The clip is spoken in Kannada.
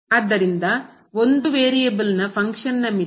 ಆದ್ದರಿಂದ ಒಂದು ವೇರಿಯೇಬಲ್ನ ಪಂಕ್ಷನ್ ನ ಮಿತಿ